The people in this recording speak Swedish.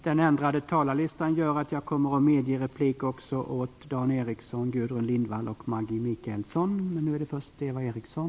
Den ändrade talarlistan gör att jag kommer att medge replik också åt Dan Ericsson, Gudrun Lindvall och Maggi Mikaelsson.